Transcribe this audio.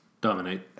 dominate